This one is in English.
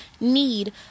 need